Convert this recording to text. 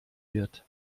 wird